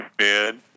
man